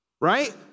right